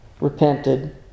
repented